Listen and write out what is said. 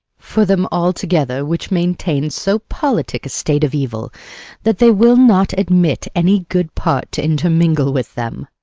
for them all together which maintained so politic a state of evil that they will not admit any good part to intermingle with them.